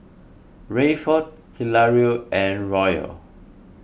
Rayford Hilario and Royal